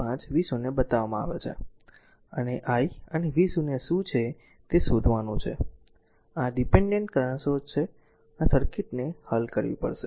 5 v0 બતાવવામાં આવે છે અને i અને v0 શું છે તે શોધવાનું છે આ ડીપેન્ડેન્ટ કરંટ સ્રોત છે અને આ સર્કિટને હલ કરવી પડશે